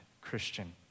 Christian